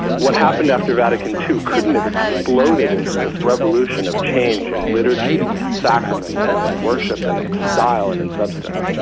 what happened after vatican ii couldn't have exploded into this revolution of change in liturgy and sacraments and in worship and in style and in substance.